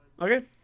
Okay